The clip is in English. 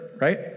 right